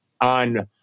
on